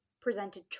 presented